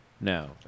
No